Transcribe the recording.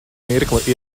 mirkli